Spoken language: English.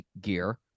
gear